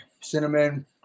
cinnamon